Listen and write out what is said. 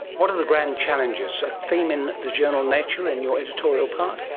what are the grand challenges? a theme in the journal nature, in your editorial part?